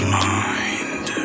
mind